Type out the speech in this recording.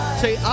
say